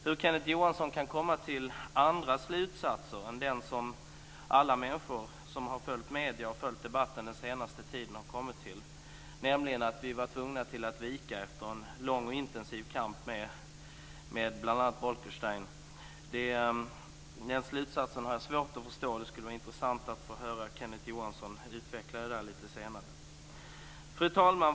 Hur Kenneth Johansson kan komma till andra slutsatser än den som alla människor som har följt medierna och debatten den senaste tiden har kommit till, nämligen att vi var tvungna att vika efter en lång och intensiv kamp med bl.a. Bolkestein, har jag svårt att förstå. Det skulle vara intressant att få höra Kenneth Johansson utveckla det lite senare. Fru talman!